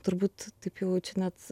turbūt taip jau čia net